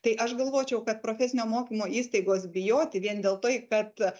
tai aš galvočiau kad profesinio mokymo įstaigos bijoti vien dėl tai kad